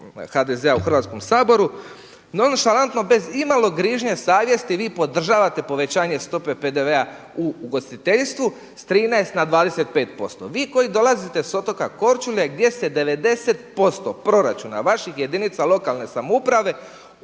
HDZ-a u Hrvatskom saboru nonšalantno bez imalo grižnje savjesti vi podržave povećanje stope PDV-a u ugostiteljstvu s 13 na 25%. Vi koji dolazite sa otoka Korčule gdje se 90% proračuna vaših jedinica lokalne samouprave